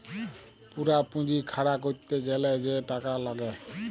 পুরা পুঁজি খাড়া ক্যরতে গ্যালে যে টাকা লাগ্যে